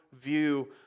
view